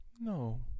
No